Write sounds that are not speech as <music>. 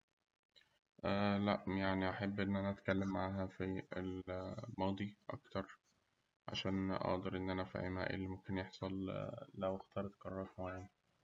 <hesitation> لأ هأحب إن أنا أتكلم معاها في الماضي أكتر، عشان أقدر إن أنا أفهمها إيه اللي ممكن يحصل لو اختارت قرارات معينة.